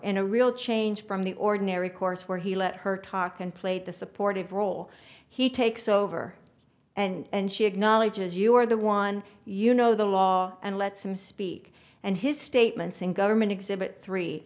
in a real change from the ordinary course where he let her talk and play the supportive role he takes over and she acknowledges you are the one you know the law and lets him speak and his statements in government exhibit three